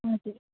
हजुर